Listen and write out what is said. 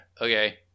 Okay